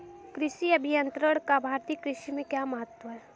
कृषि अभियंत्रण का भारतीय कृषि में क्या महत्व है?